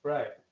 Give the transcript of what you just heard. Right